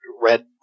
red